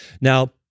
Now